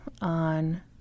on